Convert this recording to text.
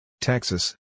Texas